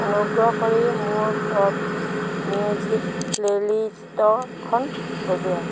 অনুগ্ৰহ কৰি মোৰ টপ মিউজিক প্লে'লিষ্টখন বজোৱা